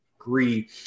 agree